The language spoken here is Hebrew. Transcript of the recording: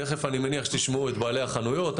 תיכף אני מניח שתשמעו את בעלי החנויות.